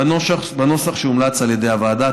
בנוסח שהומלץ על ידי הוועדה.